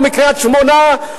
או מקריית-שמונה,